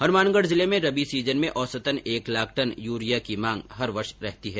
हनुमानगढ़ जिले में रबी सीजन में औसतन एक लाख टन यूरिया की मांग हर वर्ष रहती है